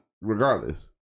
regardless